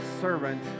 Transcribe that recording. servant